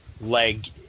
leg